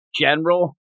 general